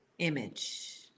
image